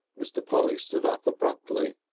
mr. polly stood up abruptly.